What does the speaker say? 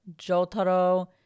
Jotaro